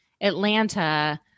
Atlanta